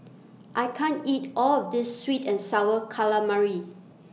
I can't eat All of This Sweet and Sour Calamari